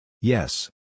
Yes